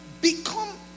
become